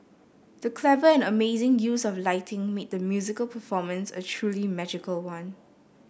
the clever and amazing use of lighting made the musical performance a truly magical one